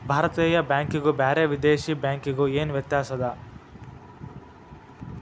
ಭಾರತೇಯ ಬ್ಯಾಂಕಿಗು ಬ್ಯಾರೆ ವಿದೇಶಿ ಬ್ಯಾಂಕಿಗು ಏನ ವ್ಯತ್ಯಾಸದ?